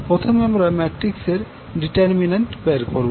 প্রথমে আমরা ম্যাট্রিক্স এর ডিটারমিনেন্ট মান বের করব